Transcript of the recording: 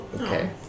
Okay